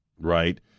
right